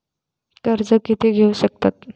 कर्ज कीती घेऊ शकतत?